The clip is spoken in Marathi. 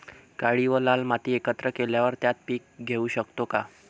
काळी व लाल माती एकत्र केल्यावर त्यात पीक घेऊ शकतो का?